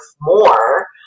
more